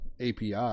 API